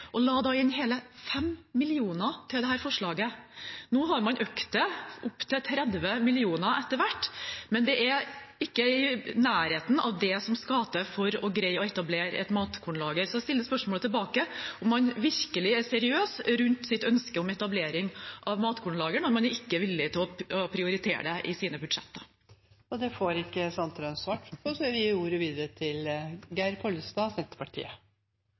la da inn hele 5 mill. kr til dette forslaget. Nå har man økt det til 30 mill. kr etter hvert, men det er ikke i nærheten av det som skal til for å greie å etablere et matkornlager. Så jeg stiller spørsmål tilbake: Er man virkelig seriøs i sitt ønske om etablering av et matkornlager når man ikke er villig til å prioritere det i budsjettene sine?